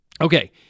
Okay